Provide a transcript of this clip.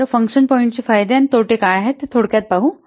तर फंक्शन पॉईंट्सची फायदे आणि तोटे काय आहेत ते थोडक्यात पाहू